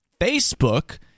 Facebook